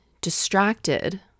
distracted